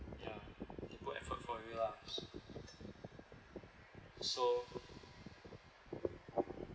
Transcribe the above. ya put effort for you lah so